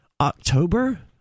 October